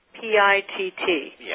P-I-T-T